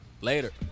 Later